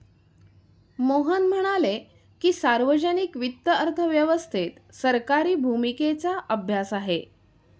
मोहन म्हणाले की, सार्वजनिक वित्त अर्थव्यवस्थेत सरकारी भूमिकेचा अभ्यास आहे